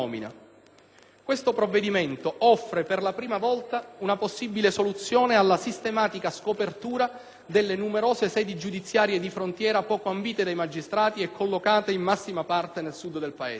Questo provvedimento offre, per la prima volta, una possibile soluzione alla sistematica scopertura delle numerose sedi giudiziarie «di frontiera» poco ambite dai magistrati (e collocate in massima parte nel Sud del Paese).